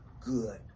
good